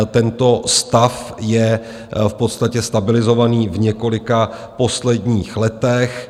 Tento stav je v podstatě stabilizovaný v několika posledních letech.